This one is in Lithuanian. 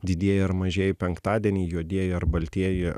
didieji ar mažieji penktadieniai juodieji ar baltieji